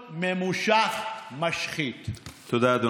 תודה.